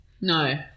No